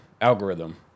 algorithm